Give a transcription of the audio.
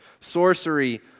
Sorcery